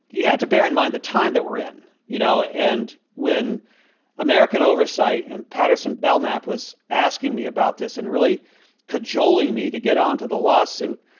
you had to bear in mind the time that we're in, you know, and when american oversight and patterson belknap was asking me about this and really cajoling me to get onto the lawsuit,